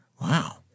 Wow